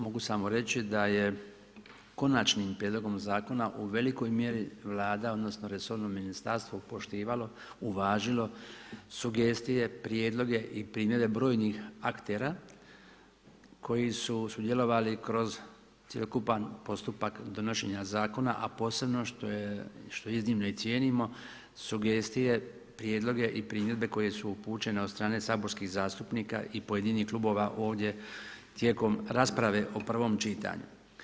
Mogu samo reći da je konačnim prijedlogom zakona u velikoj mjeri Vlada odnosno resorno ministarstvo poštivalo, uvažilo sugestije, prijedloge i primjedbe brojnih aktera koji su sudjelovali kroz cjelokupan postupak donošenja zakona, a posebno što iznimno i cijenimo sugestije, prijedloge i primjedbe koje su upućene od strane saborskih zastupnika i pojedinih klubova ovdje tijekom rasprave o prvom čitanju.